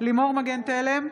לימור מגן תלם,